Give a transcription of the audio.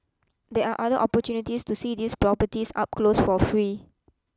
there are other opportunities to see these properties up close for free